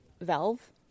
Valve